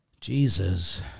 Jesus